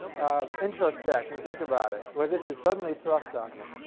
introspect and think about it while this is suddenly thrust on you.